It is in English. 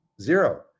Zero